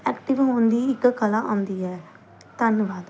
active ਹੋਣ ਦੀ ਇੱਕ ਕਲਾ ਆਉਂਦੀ ਹੈ ਧੰਨਵਾਦ